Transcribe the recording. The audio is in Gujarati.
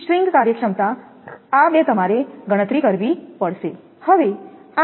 સ્ટ્રિંગ કાર્યક્ષમતા આ બે તમારે ગણતરી કરવી પડશે